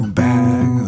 back